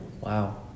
Wow